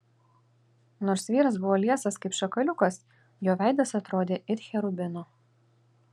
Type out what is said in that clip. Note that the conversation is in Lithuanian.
nors vyras buvo liesas kaip šakaliukas jo veidas atrodė it cherubino